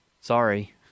Sorry